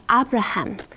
Abraham